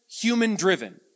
human-driven